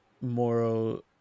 Moro